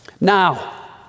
Now